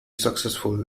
successful